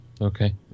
Okay